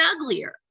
uglier